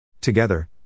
Together